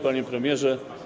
Panie Premierze!